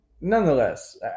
Nonetheless